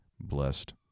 blessed